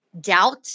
doubt